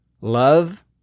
Love